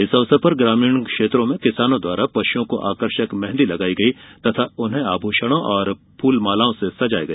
इस अवसर पर ग्रामीण क्षेत्रों में किसानों द्वारा पश्ञओं को आकर्षक मेंहदी लगाई गई तथा उन्हें आभूषणों व फूल मालाओं से सजाया गया